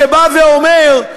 שבא ואומר: